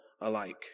alike